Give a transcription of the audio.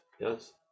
yes